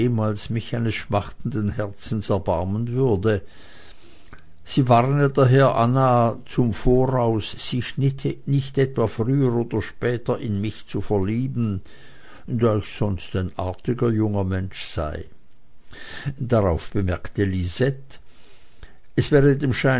mich eines schmachtenden herzens erbarmen würde sie warne daher anna zum voraus sich nicht etwa früher oder später in mich zu verlieben da ich sonst ein artiger junger mensch sei darauf bemerkte lisette es wäre